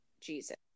Jesus